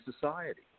society